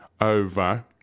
over